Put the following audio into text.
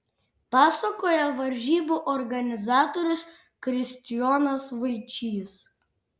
pasakoja varžybų organizatorius kristijonas vaičys